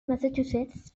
massachusetts